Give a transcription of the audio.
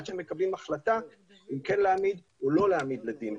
עד שמקבלים החלטה אם כן להעמיד או לא להעמיד לדין.